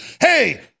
Hey